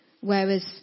Whereas